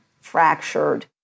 fractured